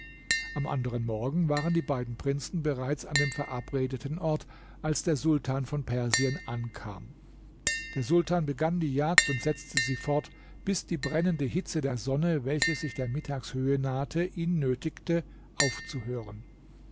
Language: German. am anderen morgen waren die beiden prinzen bereits an dem verabredeten ort als der sultan von persien ankam der sultan begann die jagd und setzte sie fort bis die brennende hitze der sonne welche sich der mittagshöhe nahte ihn nötigte aufzuhören